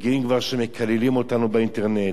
רגילים כבר שמקללים אותנו באינטרנט,